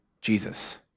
Jesus